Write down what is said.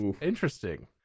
Interesting